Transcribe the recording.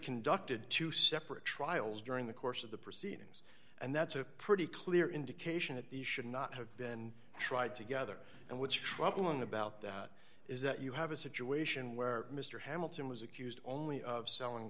conducted two separate trials during the course of the proceedings and that's a pretty clear indication that the should not have been tried together and what's troubling about that is that you have a situation where mr hamilton was accused only of selling